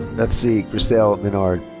bethsie christelle menard.